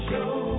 Show